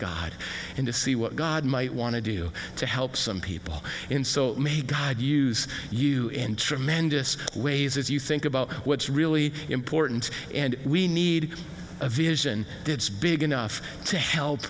god and to see what god might want to do to help some people in so may god use you in tremendous ways if you think about what's really important and we need a vision that's big enough to help